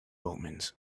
omens